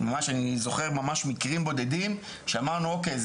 אני זוכר ממש מקרים בודדים שאמרנו אוקיי,